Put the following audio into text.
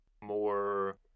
more